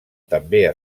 també